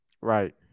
Right